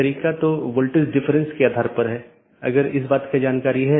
तीसरा वैकल्पिक सकर्मक है जो कि हर BGP कार्यान्वयन के लिए आवश्यक नहीं है